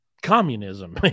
communism